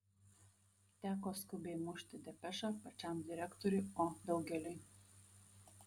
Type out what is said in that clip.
teko skubiai mušti depešą pačiam direktoriui o daugeliui